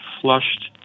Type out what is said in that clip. flushed